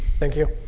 thank you